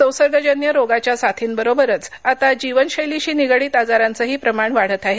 संसर्गजन्य रोगाच्या साथींबरोबरच आता जीवनशैलीशी निगडित आजारांचेही प्रमाण वाढत आहे